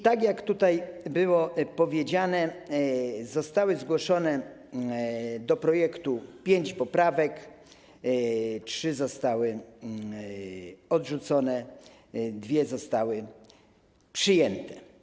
Tak jak tutaj było powiedziane, zgłoszono do projektu pięć poprawek, trzy zostały odrzucone, dwie zostały przyjęte.